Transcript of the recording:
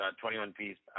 21-piece